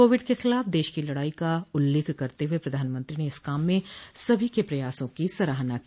Covid के खिलाफ देश की लड़ाई का उल्लेख करते हुए प्रधानमंत्री ने इस काम में सभी के प्रयासों की सराहना की